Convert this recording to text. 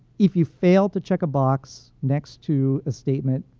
if you fail to check a box next to a statement,